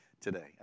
today